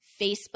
Facebook